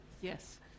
Yes